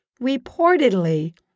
Reportedly